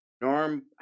Norm